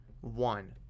one